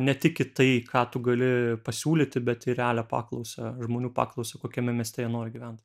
ne tik į tai ką tu gali pasiūlyti bet į realią paklausą žmonių paklausą kokiame mieste jie nori gyvent